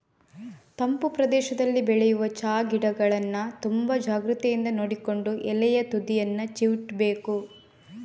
ತಂಪು ಪ್ರದೇಶದಲ್ಲಿ ಬೆಳೆಯುವ ಚಾ ಗಿಡಗಳನ್ನ ತುಂಬಾ ಜಾಗ್ರತೆಯಿಂದ ನೋಡಿಕೊಂಡು ಎಲೆಯ ತುದಿಯನ್ನ ಚಿವುಟ್ಬೇಕು